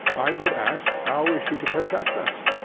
i would ask, how is she to protect us?